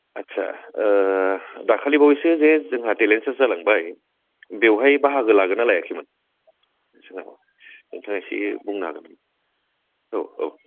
आदसा दाखालि बावैसो जे जोंहा टेलेन्ट श' जालांबाय बेवहाय बाहागो लादोंना लायाखैमोन नोंथाङा एसे बुंनो हागोन नामा औ औ